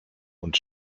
und